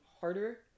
harder